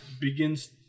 begins